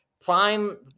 prime